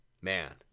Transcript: Man